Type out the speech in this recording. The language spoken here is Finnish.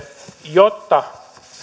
jotta